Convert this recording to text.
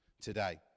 today